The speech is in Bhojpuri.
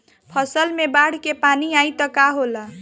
फसल मे बाढ़ के पानी आई त का होला?